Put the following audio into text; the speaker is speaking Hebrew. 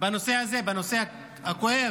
בנושא הזה, בנושא הכואב